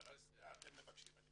אבל אתם מבקשים,